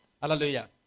Hallelujah